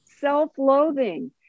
self-loathing